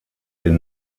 den